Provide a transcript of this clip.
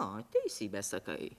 o teisybę sakai